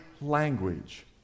language